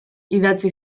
idatzi